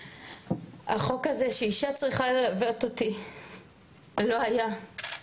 החוק הזה שאישה צריכה ללוות אותי לא היה.